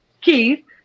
keith